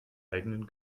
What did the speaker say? eigenen